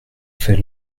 faits